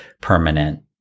permanent